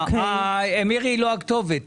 מירי לא הכתובת.